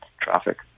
traffic